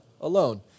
alone